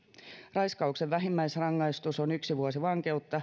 raiskauksen vähimmäisrangaistus on yksi vuosi vankeutta